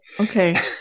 Okay